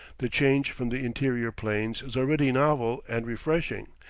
the change from the interior plains is already novel and refreshing.